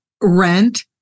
rent